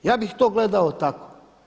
Ja bih to gledao tako.